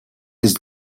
ist